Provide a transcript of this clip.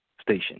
station